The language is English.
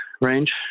range